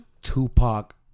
Tupac